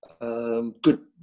Good